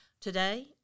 Today